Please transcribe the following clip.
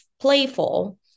playful